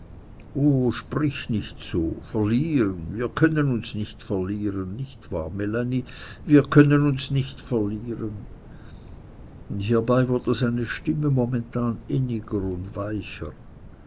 sprich nicht so verlieren wir können uns nicht verlieren nicht wahr melanie wir können uns nicht verlieren und hierbei wurde seine stimme momentan inniger und weicher